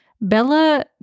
Bella